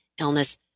illness